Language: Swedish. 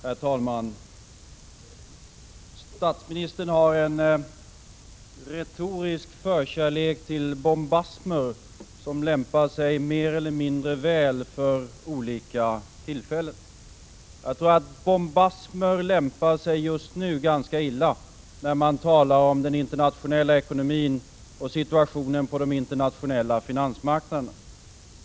Herr talman! Statsministern har en retorisk förkärlek för bombasmer, som lämpar sig mer eller mindre väl för olika tillfällen. Bombasmer lämpar sig just nu ganska illa när man talar om den internationella ekonomin och situationen på de internationella finansmarknaderna.